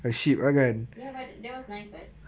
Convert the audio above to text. ya but that was nice [what]